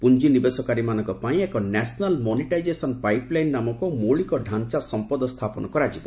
ପୁଞ୍ଜିନିବେଶକାରୀମାନଙ୍କ ପାଇଁ ଏକ national monetisation pipeline ନାମକ ମୌଳିକଡାଞ୍ଚା ସମ୍ପଦ ସ୍ଥାପନ କରାଯିବ